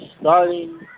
starting